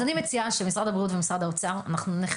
אז אני מציעה שמשרד הבריאות ומשרד האוצר אנחנו נניח